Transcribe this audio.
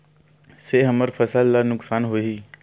से हमर फसल ला नुकसान होही?